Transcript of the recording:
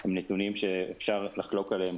הם נתונים שאפשר לחלוק עליהם,